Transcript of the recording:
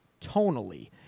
tonally